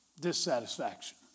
dissatisfaction